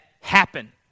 happen